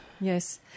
Yes